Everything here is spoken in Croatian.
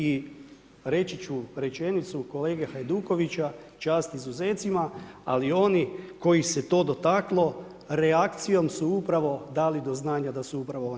I reći ću rečenicu kolege Hajdukovića, čast izuzecima, ali oni kojih se to dotaklo reakcijom su upravo dali do znanja da su upravo oni ti.